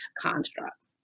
constructs